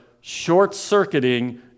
short-circuiting